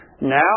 Now